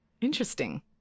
interesting